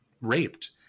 raped